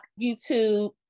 YouTube